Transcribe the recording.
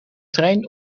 trein